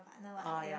oh ya